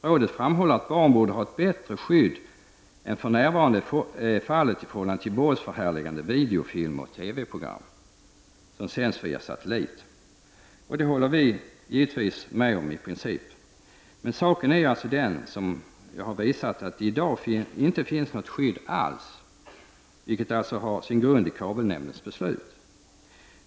Rådet framhåller att barn borde ha ett bättre skydd än för närvarande är fallet i förhållande till våldsförhärligande videofilmer och TV-program som sänds via satelliter. Det håller vi i princip med om. Men saken är alltså den, som jag tidigare redovisat, att det i dag inte finns något skydd alls, vilket alltså har sin grund i kabelnämndens beslut.